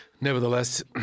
Nevertheless